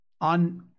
on